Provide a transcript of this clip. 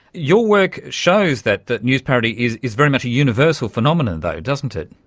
your work shows that that news parody is is very much a universal phenomenon though, doesn't it.